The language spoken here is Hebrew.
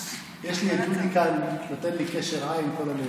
יש לי את דודי כאן, נותן לי קשר עין כל הנאום.